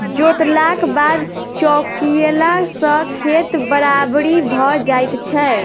जोतलाक बाद चौकियेला सॅ खेत बराबरि भ जाइत छै